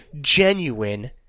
genuine